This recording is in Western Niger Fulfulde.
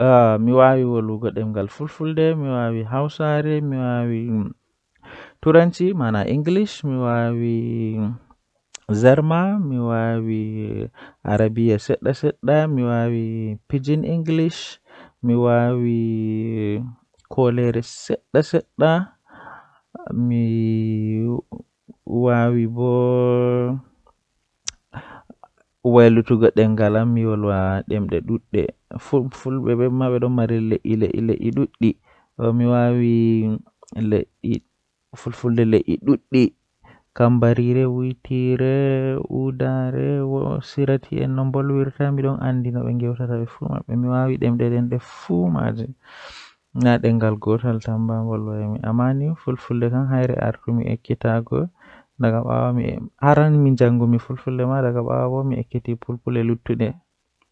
Ndikkinami maayo dow kooseeje ngam maayo do don mari ndiyam haa nbder jei awawata yarugo ndiyamman yara loota loota limsema awada ko ayidi kala bi adamaajo fu don mai haaje ndiyam amma kooseje nafu maajum sedda